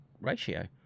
ratio